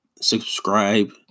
Subscribe